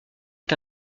est